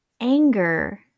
anger